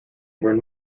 were